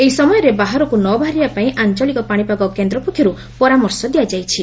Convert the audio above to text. ଏହି ସମୟରେ ବାହାରକୁ ନ ବାହାରିବା ପାଇଁ ଆଞ୍ଚଳିକ ପାଶିପାଗ କେନ୍ଦ୍ର ପକ୍ଷରୁ ପରାମର୍ଶ ଦିଆଯାଇଛି